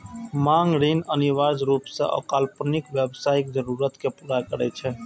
मांग ऋण अनिवार्य रूप सं अल्पकालिक व्यावसायिक जरूरत कें पूरा करै छै